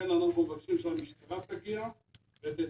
לכן אנחנו מבקשים שהמשטרה תגיע ותטפל.